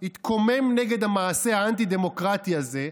התקומם נגד המעשה האנטי-דמוקרטי הזה,